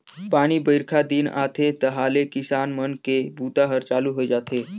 पानी बाईरखा दिन आथे तहाँले किसान मन के बूता हर चालू होए जाथे